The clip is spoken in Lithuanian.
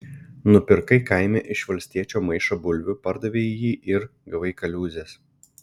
nupirkai kaime iš valstiečio maišą bulvių pardavei jį ir gavai kaliūzės